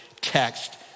text